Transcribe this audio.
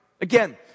Again